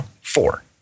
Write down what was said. four